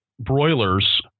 broilers